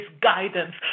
guidance